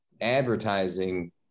advertising